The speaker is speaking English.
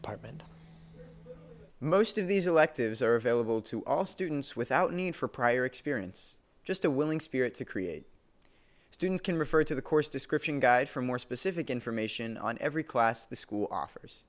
department most of these electives are available to all students without need for prior experience just a willing spirit to create students can refer to the course description guide for more specific information on every class the school offers